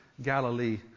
Galilee